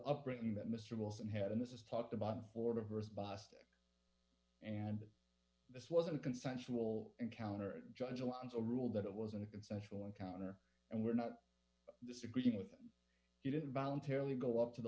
upbringing that mr wilson had and this is talked about for diverse bostic and this was a consensual encounter and judge alonso ruled that it wasn't consensual encounter and we're not disagreeing with you didn't voluntarily go up to the